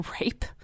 rape